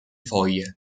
foglie